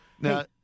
Now